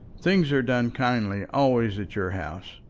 things are done kindly always at your house,